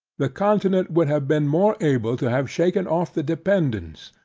the continent would have been more able to have shaken off the dependance.